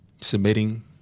submitting